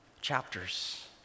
chapters